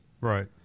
Right